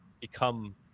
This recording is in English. become